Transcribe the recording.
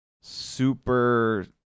super